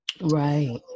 Right